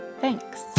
thanks